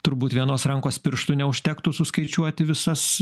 turbūt vienos rankos pirštų neužtektų suskaičiuoti visas